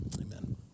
Amen